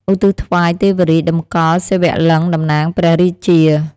ឧទ្ទិសថ្វាយទេវរាជ (តម្កល់សិវលិង្គតំណាងព្រះរាជា)។